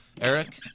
Eric